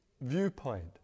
viewpoint